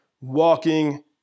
walking